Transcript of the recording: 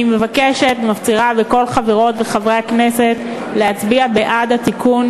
אני מבקשת ומפצירה בכל חברות וחברי הכנסת להצביע בעד התיקון,